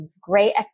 great